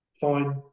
fine